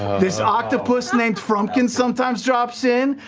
this octopus named frumpkin sometimes drops in,